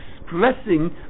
expressing